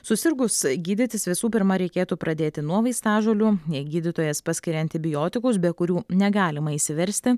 susirgus gydytis visų pirma reikėtų pradėti nuo vaistažolių jei gydytojas paskiria antibiotikus be kurių negalima išsiversti